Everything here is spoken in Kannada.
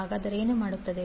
ಹಾಗಾದರೆ ಏನು ಮಾಡುತ್ತದೆ